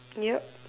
yep